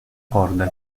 corda